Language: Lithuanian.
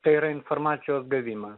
tai yra informacijos gavimas